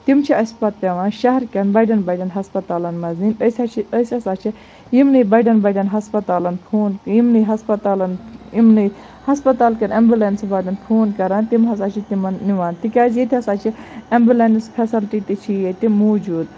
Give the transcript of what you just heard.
تِم چھِ اَسہِ پَتہٕ پیٚوان شَہرٕ کٮ۪ن بَڑیٚن بَڑیٚن ہَسپَتالَن مَنٛز نِنۍ أسۍ حظ چھِ أسۍ ہَسا چھِ یمنٕے بَڑیٚن بَڑیٚن ہَسپَتالَن فون یمنٕے ہَسپَتالَن یِمنٕے ہَسپَتال کٮ۪ن ایٚمبُلیٚنٕس والٮ۪ن فون کَران تِم ہَسا چھِ تِمَن نِوان تکیاز ییٚتہِ ہَسا چھ ایٚمبُلیٚنٕس فیٚسَلٹی تہِ چھِ ییٚتہِ موٗجوٗد